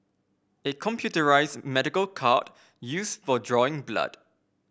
a computerised medical cart used for drawing blood